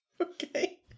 Okay